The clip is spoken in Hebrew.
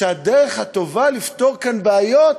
שהדרך הטובה לפתור כאן בעיות,